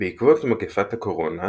בעקבות מגפת הקורונה,